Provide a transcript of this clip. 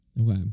Okay